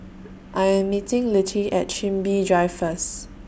I Am meeting Littie At Chin Bee Drive First